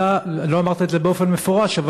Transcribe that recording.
אתה לא אמרת את זה באופן מפורש,